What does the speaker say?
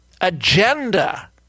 agenda